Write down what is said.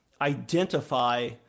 identify